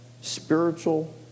spiritual